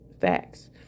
facts